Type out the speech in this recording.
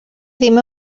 ddim